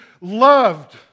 loved